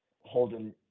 holding